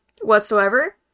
whatsoever